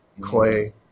Clay